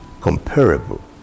comparable